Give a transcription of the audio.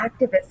activists